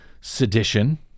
sedition